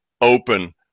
open